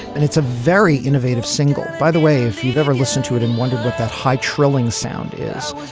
and it's a very innovative single. by the way, if you've ever listened to it and wondered what that high trilling sound is,